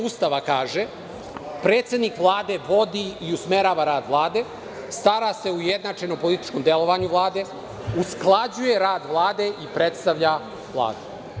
Ustava kaže: „predsednik Vlade vodi i usmerava rad Vlade, stara se o ujednačenom političkom delovanju Vlade, usklađuje rad Vlade i predstavlja Vladu“